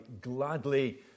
gladly